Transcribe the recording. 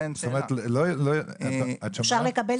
אפשר לקבל